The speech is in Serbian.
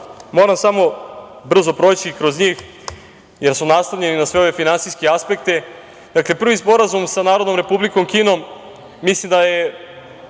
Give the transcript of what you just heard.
moram samo brzo proći kroz njih, jer su naslonjeni na sve ove finansijske aspekte. Dakle, prvi sporazum sa Narodnom Republikom Kinom, mislim da je